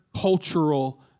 cultural